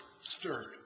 stirred